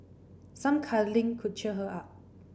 some cuddling could cheer her up